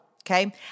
okay